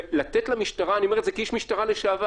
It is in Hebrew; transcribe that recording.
ולתת למשטרה אני אומר את זה כאיש משטרה לשעבר,